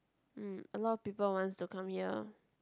mm a lot of people wants to come here